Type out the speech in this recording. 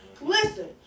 Listen